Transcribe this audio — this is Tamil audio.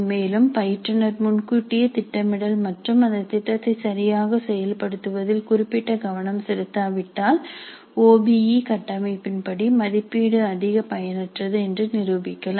மேலும் பயிற்றுனர் முன்கூட்டியே திட்டமிடல் மற்றும் அந்த திட்டத்தை சரியாக செயல்படுத்துவதில் குறிப்பிட்ட கவனம் செலுத்தாவிட்டால் ஓ பி இ கட்டமைப்பின் படி மதிப்பீடு அதிக பயனற்றது என்று நிரூபிக்கலாம்